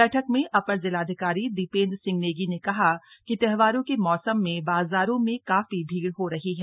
बैठक में अपर जिलाधिकारी दीपेन्द्र सिंह नेगी ने कहा कि त्योहारों के मौसम में बाजारों में काफी भीड़ हो रही है